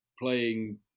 playing